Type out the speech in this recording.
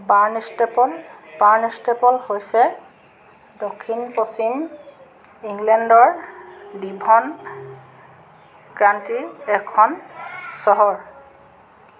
Barnstaple Barnstaple হৈছে দক্ষিণ পশ্চিম ইংলেণ্ডৰ ডিভ'ন কাণ্ট্ৰিৰ এখন চহৰ